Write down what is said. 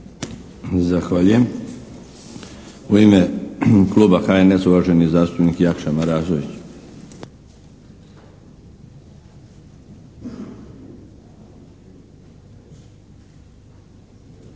Zahvaljujem. U ime Kluba HNS-a uvaženi zastupnik Jakša Marasović.